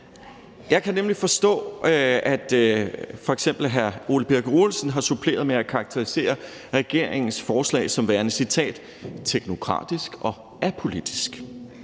Jeg kan nemlig forstå, at f.eks. hr. Ole Birk Olesen har suppleret med at karakterisere regeringens forslag som værende – og jeg citerer – teknokratisk og apolitisk.